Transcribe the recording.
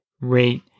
rate